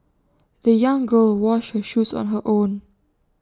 the young girl washed her shoes on her own